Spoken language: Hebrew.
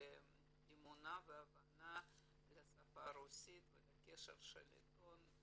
אמונה והבנה ל שפה הרוסית ולקשר של העיתון עם